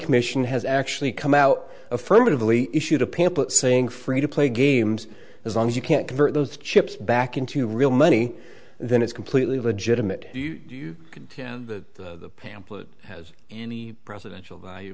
commission has actually come out affirmatively issued a pamphlet saying free to play games as long as you can't convert those chips back into real money then it's completely legitimate you can the pamphlet has any presidential value